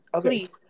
Please